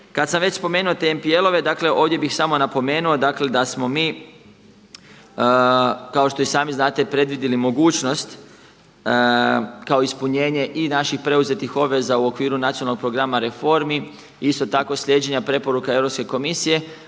Kada sam već spomenuo te NPL-ove ovdje bih samo napomenuo da smo mi kao što i sami znate predvidjeli mogućnost kao ispunjenje i naših preuzetih obveza u okviru nacionalnog programa reformi, isto tako slijeđenja preporuke Europske komisije,